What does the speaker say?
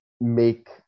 make